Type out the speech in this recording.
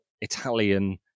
Italian